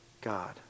God